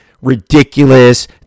ridiculous